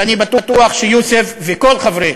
ואני בטוח שיוסף וכל חברי